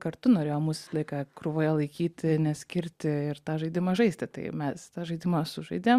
kartu norėjo mus visą laiką krūvoje laikyt neskirti ir tą žaidimą žaisti tai mes tą žaidimą sužaidėm